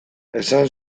esan